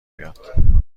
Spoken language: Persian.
بیاد